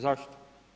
Zašto?